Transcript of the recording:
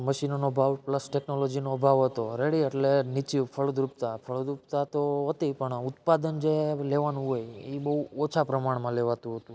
મશીનોનો અભાવ પ્લસ ટેક્નોલોજીનો અભાવ હતો ઓલરેડી એટલે નીચી ફળદ્રુપતા તો હતી પણ ઉત્પાદન જે લેવાનું હોય ઈ બહુ ઓછા પ્રમાણમાં લેવાતું હતું